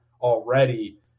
already